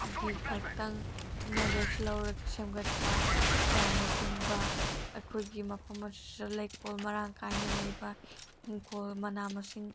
ꯒꯤ ꯈꯛꯇꯪ ꯅꯣꯂꯦꯖ ꯂꯧꯔꯒ ꯁꯦꯝꯒꯠꯄ ꯀꯌꯥꯟꯅꯆꯤꯡꯕ ꯑꯩꯈꯣꯏꯒꯤ ꯃꯐꯝ ꯑꯁꯤꯗ ꯂꯩꯀꯣꯜ ꯃꯔꯥꯡ ꯀꯥꯏꯅ ꯂꯩꯕ ꯏꯪꯈꯣꯜ ꯃꯅꯥ ꯃꯁꯤꯡ